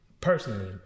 personally